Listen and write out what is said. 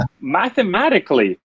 mathematically